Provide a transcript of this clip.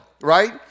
right